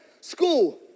school